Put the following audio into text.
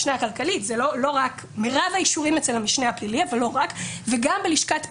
המשנה הכלכלית וגם בלשכת פ"מ.